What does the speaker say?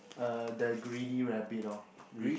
uh the Greedy Rabbit lor